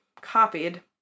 copied